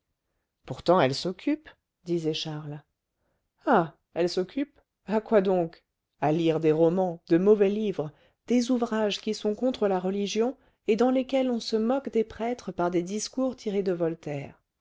pourtant elle s'occupe disait charles ah elle s'occupe à quoi donc à lire des romans de mauvais livres des ouvrages qui sont contre la religion et dans lesquels on se moque des prêtres par des discours tirés de voltaire